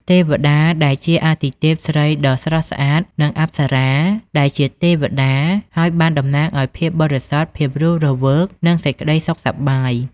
ទេវតាដែលជាអាទិទេពស្រីដ៏ស្រស់ស្អាត និងអប្សរាដែលជាទេវតា ហើយបានតំណាងឲ្យភាពបរិសុទ្ធ ភាពរស់រវើក និងសេចក្តីសុខសប្បាយ។